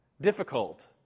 difficult